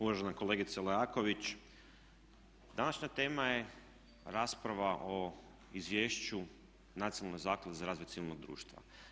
Uvažena kolegice Leaković današnja tema je rasprava o Izvješću Nacionalne zaklade za razvoj civilnog društva.